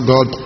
God